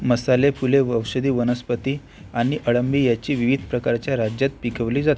मसाले फुले औषधी वनस्पती आणि अळंबी ह्यांचे विविध प्रकार राज्यात पिकविले जातात